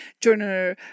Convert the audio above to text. journal